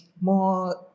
more